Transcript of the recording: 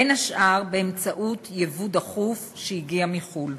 בין השאר באמצעות ייבוא דחוף מחו"ל.